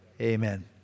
Amen